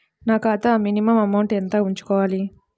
నా ఖాతా minimum amount ఎంత ఉంచుకోవాలి?